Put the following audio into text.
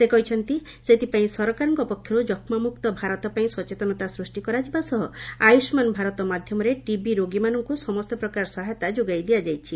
ସେ କହିଛନ୍ତି ସେଥିପାଇଁ ସରକାରଙ୍କ ପକ୍ଷରୁ ଯକ୍ଷ୍ମା ମୁକ୍ତ ଭାରତ ପାଇଁ ସଚେତନତା ସୃଷ୍ଟି କରାଯିବା ସହ ଆୟୁଷ୍ମାନ ଭାରତ ମାଧ୍ୟମରେ ଟିବି ରୋଗୀମାନଙ୍କୁ ସମସ୍ତ ପ୍ରକାର ସହାୟତା ଯୋଗାଇ ଦିଆଯାଇଛି